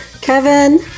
Kevin